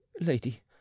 lady